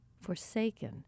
forsaken